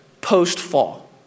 post-fall